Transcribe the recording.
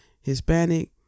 Hispanic